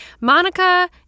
Monica